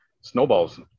snowballs